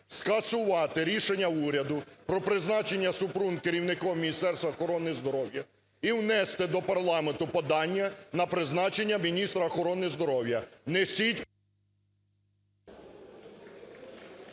скасувати рішення уряду про призначення Супрун керівником Міністерства охорони здоров'я і внести до парламенту подання на призначення міністра охорони здоров'я. Внесіть…